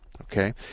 Okay